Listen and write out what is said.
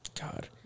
God